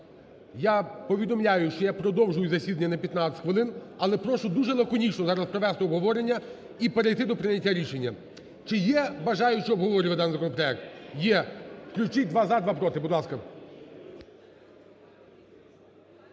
Я повідомляю, що я продовжую засідання на 15 хвилин. Але прошу дуже лаконічно зараз провести обговорення і перейти до прийняття рішення. Чи є бажаючі обговорювати даний законопроект? Є. Включіть "два – "за", два – "проти", будь ласка.